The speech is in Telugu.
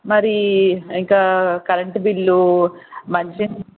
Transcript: మరీ ఇంకా కరెంటు బిల్లు మంచినీళ్ళు